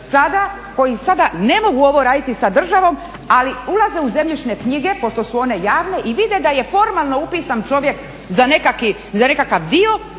koji sada ne mogu ovo raditi sa državom, ali ulaze u zemljišne knjige, pošto su one javne i vide da je formalno upisan čovjek za nekakav dio.